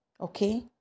Okay